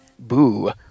Boo